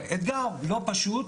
זה אתגר לא פשוט.